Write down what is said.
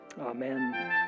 Amen